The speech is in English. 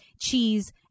cheese